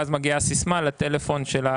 ואז מגיעה סיסמת הכניסה לטלפון.